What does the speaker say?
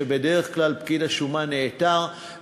שבדרך כלל פקיד השומה נעתר,